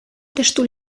testu